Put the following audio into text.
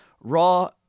raw